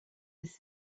his